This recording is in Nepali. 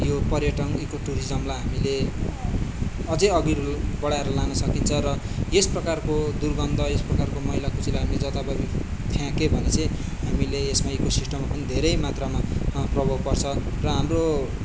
यो पर्यटन इको टुरिज्मलाई हामीले अझै अघि बढाएर लान सकिन्छ र यसप्रकारको दुर्गन्ध र यसप्रकारको मैला कुचैला हामी जत्ताभावी फ्याँके भने चाहिँ हामीले यसमा इको सिस्टममा पनि धेरै मात्रामा प्रभाव पर्छ र हाम्रो क्षेत्रमा चाहिँ